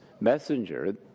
messenger